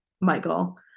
Michael